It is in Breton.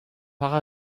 petra